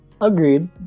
Agreed